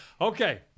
Okay